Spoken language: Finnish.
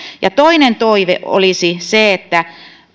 toinen toive olisi se että